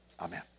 Amen